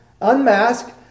unmask